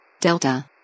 Delta